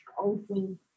open